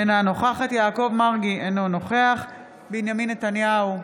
אינה נוכחת יעקב מרגי, אינו נוכח בנימין נתניהו,